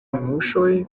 muŝoj